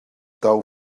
daw